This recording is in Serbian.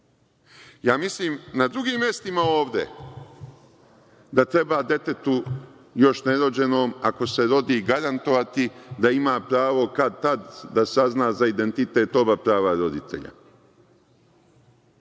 Ja mislim na drugim mestima ovde da treba detetu još nerođenom ako se rodi garantovati da ima pravo kad-tad da sazna za identitet oba prava roditelja